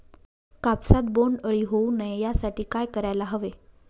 कापसात बोंडअळी होऊ नये यासाठी काय करायला हवे?